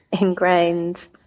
ingrained